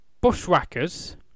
bushwhackers